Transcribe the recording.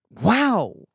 Wow